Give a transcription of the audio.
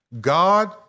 God